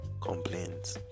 complaints